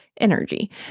energy